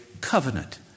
covenant